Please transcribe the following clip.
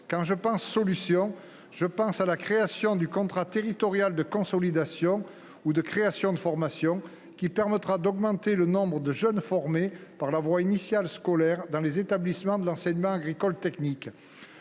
Je pense ainsi à la mise en place du contrat territorial de consolidation ou de création de formation, qui permettra d’augmenter le nombre de jeunes formés par la voie initiale scolaire dans les établissements de l’enseignement agricole technique.